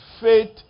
faith